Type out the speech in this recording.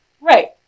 Right